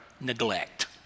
neglect